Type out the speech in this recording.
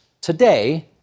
today